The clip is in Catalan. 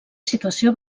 situació